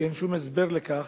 כי אין שום הסבר לכך.